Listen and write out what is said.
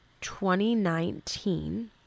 2019